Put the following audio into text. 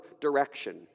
direction